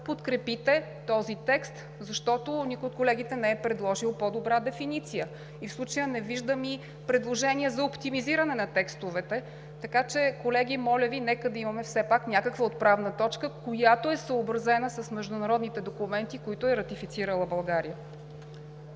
подкрепите този текст, защото никой от колегите не е предложил по-добра дефиниция и в случая не виждам и предложения за оптимизиране на текстовете. Колеги, нека да имаме все пак някаква отправна точка, която е съобразена с международните документи, които е ратифицирала България.